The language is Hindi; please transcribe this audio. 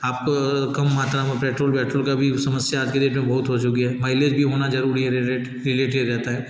आप कम मात्रा में पेट्रोल वेट्रोल का भी समस्या आज की डेट में बहुत हो चुकी है मायलेज भी होना ज़रूरी है रिलेटड रहता है